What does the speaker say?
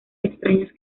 extrañas